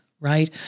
right